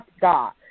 God